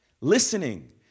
Listening